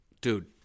dude